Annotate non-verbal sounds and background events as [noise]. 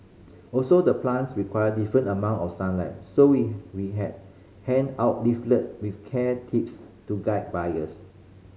also the plants require different amount of sunlight so [unintelligible] we had hand out leaflet with care tips to guide buyers